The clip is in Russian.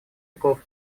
веков